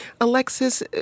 Alexis